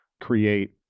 create